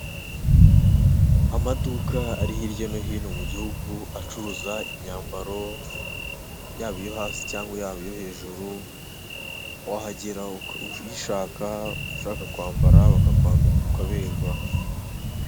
Amaduka ari hirya no hino mu gihugu acuruza imyambaro, yaba iyo hasi cyangwa yaba iyo hejuru, wahagera uyishaka, ushaka kwambara bakakwambi ukaberwa.